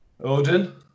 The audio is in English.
Odin